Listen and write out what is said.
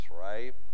right